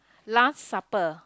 last supper